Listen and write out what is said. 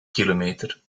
kilometer